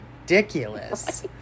ridiculous